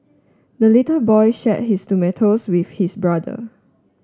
the little boy shared his tomatoes with his brother